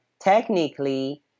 technically